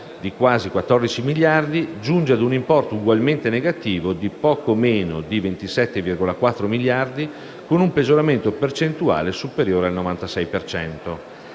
di quasi 14 miliardi, giunge ad un importo ugualmente negativo di poco meno di 27,4 miliardi, con un peggioramento percentuale superiore al 96